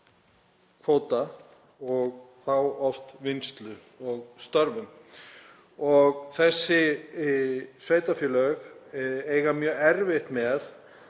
kvóta og þá oft vinnslu og störfum. Þessi sveitarfélög eiga mjög erfitt með